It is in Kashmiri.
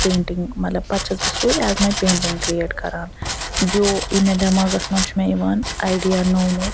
پینٹِنٛگ مطلب پتہٕ چھَس بہٕ سۄے ایز ماے پیٚنٹِنٛگ کریٹ کران جو یہِ مےٚ دیٚماغَس منٛز چھُ مےٚ یِوان آیڈیا نوٚو نوٚو